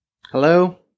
Hello